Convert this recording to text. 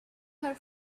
her